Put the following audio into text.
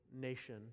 nation